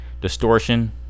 distortion